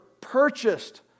purchased